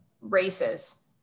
races